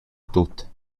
tut